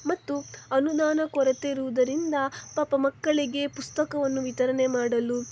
ಮತ್ತು ಅನುದಾನ ಕೊರತೆ ಇರುವುದರಿಂದ ಪಾಪ ಮಕ್ಕಳಿಗೆ ಪುಸ್ತಕವನ್ನು ವಿತರಣೆ ಮಾಡಲು